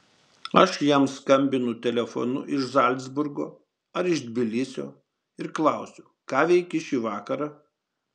aš jam skambinu telefonu iš zalcburgo ar iš tbilisio ir klausiu ką veiki šį vakarą